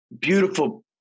beautiful